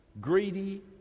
greedy